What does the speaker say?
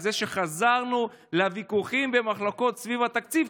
על זה שחזרנו לוויכוחים ומחלוקות סביב התקציב,